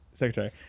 secretary